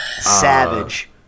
Savage